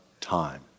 time